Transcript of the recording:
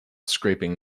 scraping